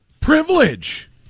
privilege